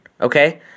Okay